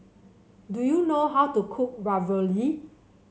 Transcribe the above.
do you know how to cook Ravioli